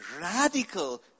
radical